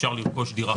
אפשר לרכוש דירה חדשה.